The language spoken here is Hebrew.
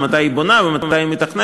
מתי היא בונה ומתי היא מתכננת.